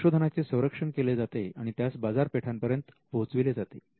संशोधनाचे संरक्षण केले जाते आणि त्यास बाजारपेठां पर्यंत पोहोचविले जाते